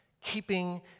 keeping